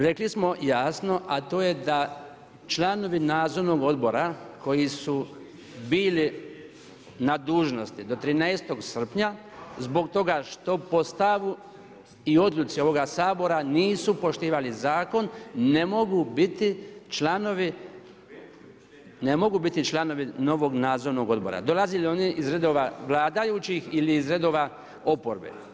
Rekli smo jasno, a to je da članovi nadzornog odbora koji su bili na dužnosti do 13. srpnja zbog toga što po stavu i odluci ovoga Sabora nisu poštivali zakon, ne mogu biti članovi novog nadzornog odbora dolazili oni iz redova vladajućih ili iz redova oporbe.